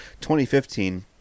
2015